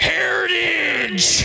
Heritage